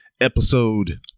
episode